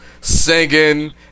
singing